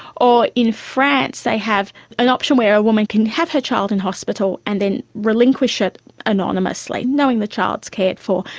or in france they have an option where a woman can have her child in hospital and then relinquish it anonymously, knowing the child is cared for,